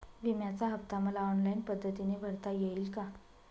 विम्याचा हफ्ता मला ऑनलाईन पद्धतीने भरता येईल का?